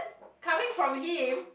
coming from him